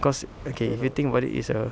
cause okay if you think about it it's a